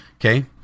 Okay